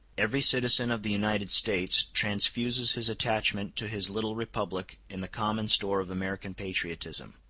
every citizen of the united states transfuses his attachment to his little republic in the common store of american patriotism.